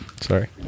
Sorry